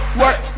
work